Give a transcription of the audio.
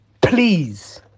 Please